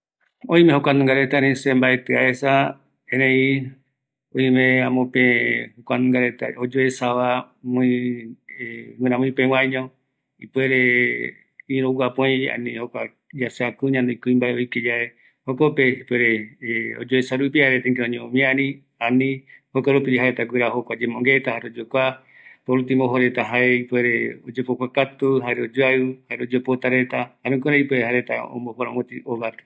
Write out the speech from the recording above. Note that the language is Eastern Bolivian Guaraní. ﻿Oïme jokuanunga reta, erei se mbaeti aesa, erei oime amope jokua nunga reta oyoesava guïramiipeguaiño ipuere irü oguapi oï ya se kuña ndie, kuimbae okeyae jokope, ipuere oyoesarupi jaeretaikirei oñomomiari, ani jokoropia jaereta guira yembongueta jare oyokua, por ultimo ojo reta jae i`puere oyopokua katu jare oyoaiu, jare oyopota reta jare jukurai jaereta ipuere omoforma mopeti hogar